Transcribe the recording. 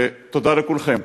ותודה לכולכם.